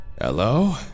Hello